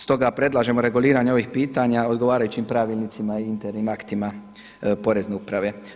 Stoga predlažemo reguliranje ovih pitanja odgovarajućim pravilnicima i internim aktima Porezne uprave.